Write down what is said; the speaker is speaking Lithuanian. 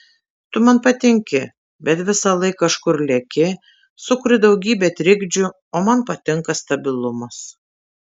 tu man patinki bet visąlaik kažkur leki sukuri daugybę trikdžių o man patinka stabilumas